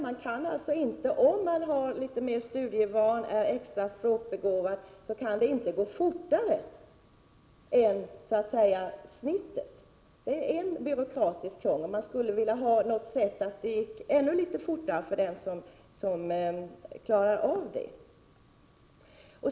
Det kan alltså inte gå fortare att få legitimation för den som har litet större studievana eller är extra språkbegåvad, och det är byråkratiskt krångel. Man skulle önska att det kunde gå ännu litet fortare än för genomsnittet för den som klarar av det.